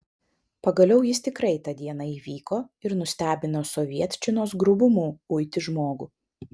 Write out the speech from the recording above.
pagaliau jis tikrai tą dieną įvyko ir nustebino sovietčinos grubumu uiti žmogų